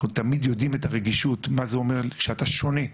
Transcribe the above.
אנחנו תמיד יודעים את הרגישות מה זה אומר כשאתה שונה,